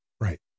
right